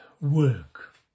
work